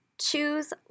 Choose